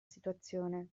situazione